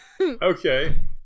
okay